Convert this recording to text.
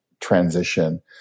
transition